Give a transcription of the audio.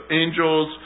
angels